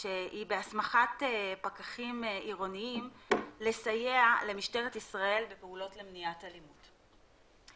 שהיא בהסמכת פקחים עירוניים לסייע למשטרת ישראל בפעולות למניעת אלימות.